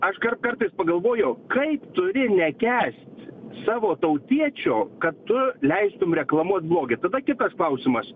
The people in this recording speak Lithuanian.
aš dar kartą pagalvoju kaip turi nekęst savo tautiečio kad tu leistum reklamuot blogį tada kitas klausimas